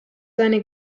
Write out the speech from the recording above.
seine